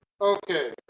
Okay